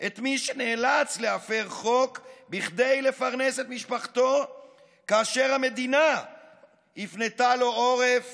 את מי שנאלץ להפר חוק כדי לפרנס את משפחתו כאשר המדינה הפנתה לו עורף